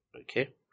okay